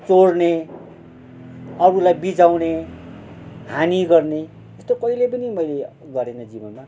चोर्ने अरूलाई बिझाउने हानी गर्ने यस्तो कहिले पनि मैले गरेन जीवनमा